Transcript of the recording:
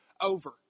over